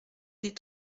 des